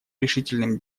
решительным